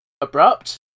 Abrupt